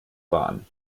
bahn